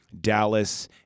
Dallas